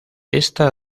esta